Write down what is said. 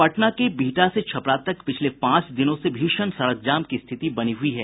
पटना के बिहटा से छपरा तक पिछले पांच दिनों से भीषण सड़क जाम की स्थिति बनी हुई है